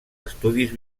estudis